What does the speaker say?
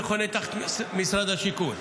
זה חונה תחת משרד השיכון.